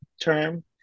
term